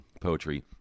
Poetry